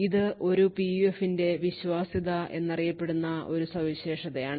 ഇത് ഒരു PUF ന്റെ വിശ്വാസ്യത എന്നറിയപ്പെടുന്ന ഒരു സവിശേഷതയാണ്